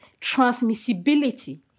transmissibility